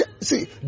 see